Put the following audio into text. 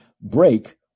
break